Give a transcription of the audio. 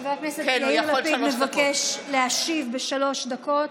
חבר הכנסת יאיר לפיד מבקש להשיב בשלוש דקות.